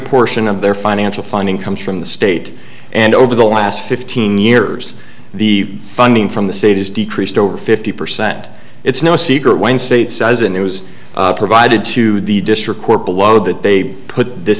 portion of their financial funding comes from the state and over the last fifteen years the funding from the state has decreased over fifty percent it's no secret one state says it was provided to the district court below that they put this